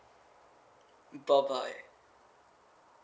bye bye